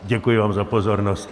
Děkuji vám za pozornost.